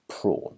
prawn